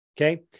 okay